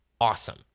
awesome